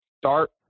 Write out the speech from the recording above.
start